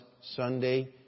Sunday